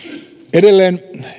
edelleen